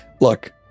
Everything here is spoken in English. look